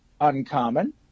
uncommon